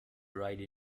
ride